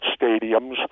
stadiums